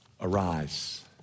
Arise